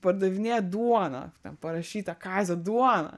pardavinėja duoną ten parašyta kazio duona